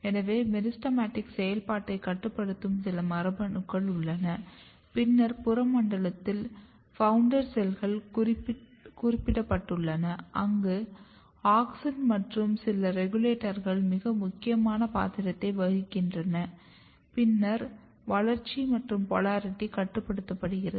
எனவே மெரிஸ்டெமடிக் செயல்பாட்டைக் கட்டுப்படுத்தும் சில மரபணுக்கள் உள்ளது பின்னர் புற மண்டலத்தில் ஃவுண்டர் செல்கள் குறிப்பிடப்பட்டுள்ளன அங்கு ஆக்ஸின் மற்றும் சில ரெகுலேட்டர்கள் மிக முக்கியமான பாத்திரத்தை வகிக்கின்றனர் பின்னர் வளர்ச்சி மற்றும் போலாரிட்டி கட்டுப்படுத்தப்படுகிறது